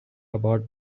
about